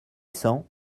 cents